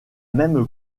même